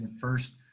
First